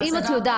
אז אם את יודעת,